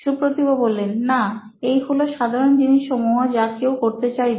সুপ্রতিভ না এই হলো সাধারণ জিনিস সমূহ যা কেউ করতে চাইবে